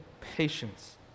patience